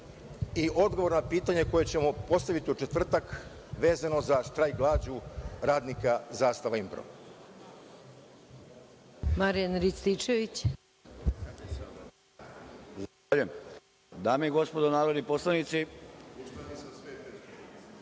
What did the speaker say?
i odgovor na pitanje koje ćemo postaviti u četvrtak, vezano za štrajk glađu radnika „Zastava INPRO“.